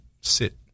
sit